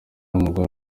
umugore